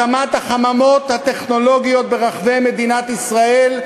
הקמת החממות הטכנולוגיות ברחבי מדינת ישראל,